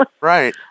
Right